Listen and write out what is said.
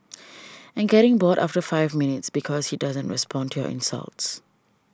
and getting bored after five minutes because he doesn't respond to your insults